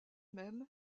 même